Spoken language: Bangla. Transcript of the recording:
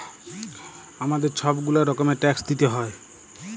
আমাদের ছব গুলা রকমের ট্যাক্স দিইতে হ্যয়